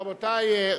רבותי.